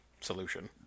Solution